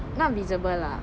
not visible lah